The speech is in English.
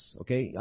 okay